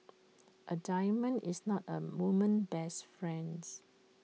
A diamond is not A woman's best friends